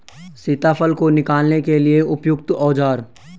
सीताफल को निकालने के लिए उपयुक्त औज़ार?